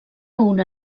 una